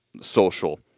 social